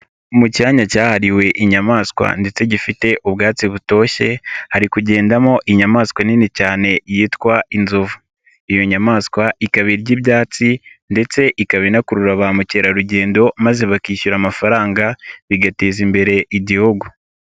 Mu cyanya cyahariwe inyamaswa ndetse gifite ubwatsi butoshye, hari kugendamo inyamaswa nini cyane yitwa inzovu. Iyo nyamaswa ikaba irya ibyatsi ndetse ikaba inakurura ba mukerarugendo maze bakishyura amafaranga, bigateza imbere igihugu.